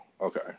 Okay